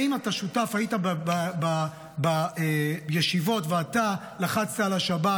האם אתה שותף, היית בישיבות, ואתה לחצת על השבת?